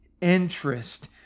interest